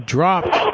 Dropped